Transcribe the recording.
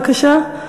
בבקשה,